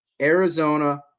Arizona